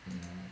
mm